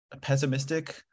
pessimistic